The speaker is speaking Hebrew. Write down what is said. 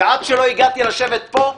ועד שלא הגעתי לשבת פה,